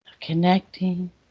Connecting